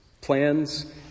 Plans